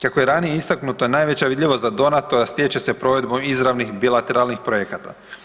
Kako je ranije istaknuto, najveća vidljivost za donatora stječe se provedbom izravnih bilateralnih projekata.